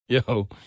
Yo